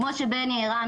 כמו שבני הראה,